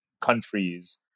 countries